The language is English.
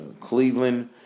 Cleveland